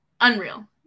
Unreal